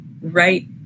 right